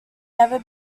never